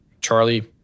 Charlie